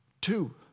Two